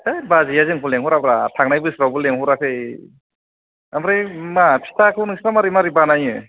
है बाजैया जोंखौ लेंह'रा ब्रा थांनाय बोसोरावबो लेंह'राखै ओमफ्राय मा फिथाखौ नोंसिना मारै मारै बानायो